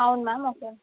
అవును ma'am okay